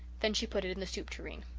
then she put it in the soup tureen.